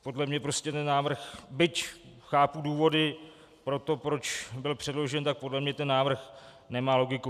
Podle mě prostě ten návrh, byť chápu důvody pro to, proč byl předložen, podle mě ten návrh nemá logiku.